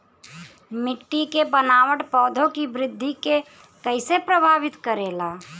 मिट्टी के बनावट पौधों की वृद्धि के कईसे प्रभावित करेला?